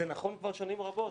זה נכון כבר שנים רבות,